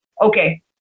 okay